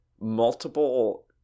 multiple